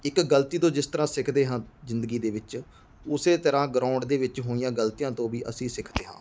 ਇੱਕ ਗਲਤੀ ਤੋਂ ਜਿਸ ਤਰ੍ਹਾਂ ਸਿੱਖਦੇ ਹਾਂ ਜ਼ਿੰਦਗੀ ਦੇ ਵਿੱਚ ਉਸ ਤਰ੍ਹਾਂ ਗਰਾਊਂਡ ਦੇ ਵਿੱਚ ਹੋਈਆਂ ਗਲਤੀਆਂ ਤੋਂ ਵੀ ਅਸੀਂ ਸਿੱਖਦੇ ਹਾਂ